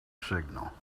signal